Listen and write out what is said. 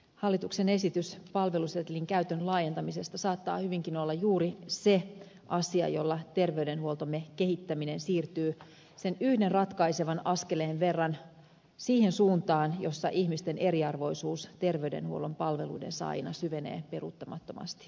hallituksen esitys palvelusetelin käytön laajentamisesta saattaa hyvinkin olla juuri se asia jolla terveydenhuoltomme kehittäminen siirtyy sen yhden ratkaisevan askeleen verran siihen suuntaan jossa ihmisten eriarvoisuus terveydenhuollon palveluiden saajina syvenee peruuttamattomasti